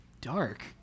dark